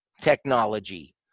technology